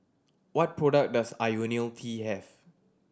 what products does Ionil T have